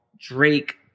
Drake